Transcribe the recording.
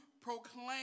proclaim